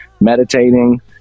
meditating